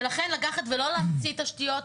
ולכן לקחת ולא להמציא תשתיות,